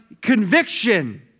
conviction